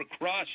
crushed